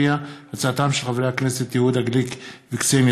בהצעתם של חברי הכנסת יהודה גליק וקסניה